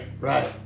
Right